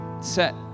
set